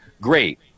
great